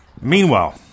Meanwhile